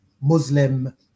Muslim